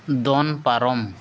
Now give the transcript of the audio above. ᱫᱚᱱ ᱯᱟᱨᱚᱢ